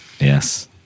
Yes